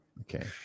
okay